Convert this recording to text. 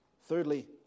Thirdly